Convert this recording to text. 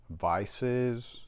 vices